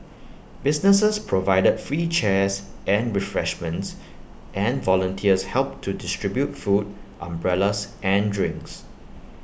businesses provided free chairs and refreshments and volunteers helped to distribute food umbrellas and drinks